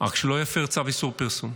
רק שלא יפר צו איסור פרסום.